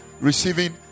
receiving